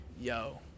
yo